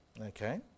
Okay